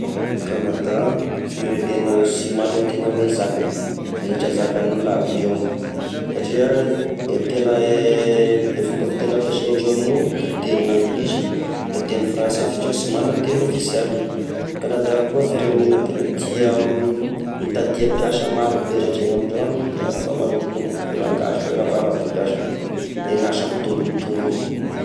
Canada firegnena sy mahaleo tegna amy zaka, mihindra zakan'olo aby indreo ,satria i tegna fomba fitegny ampiasaindreo amign'io da tegnina anglisy, da teny frantsay fa indreo sy magna teny ofisialy. Kanada koa firegnena tena tia mitady a mpiasa marobe rehetra, satria agny amy indreo agny efa manombonomboky ho rangahy sy rahavavy ny halebiazany, e ny asa mitombo mitombo avao.